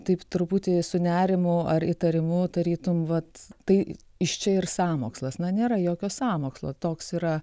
taip truputį su nerimu ar įtarimu tarytum vat tai iš čia ir sąmokslas na nėra jokio sąmokslo toks yra